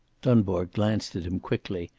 dunbar glanced at him quickly,